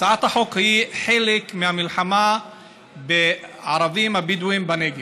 הצעת החוק היא חלק מהמלחמה בערבים הבדואים בנגב,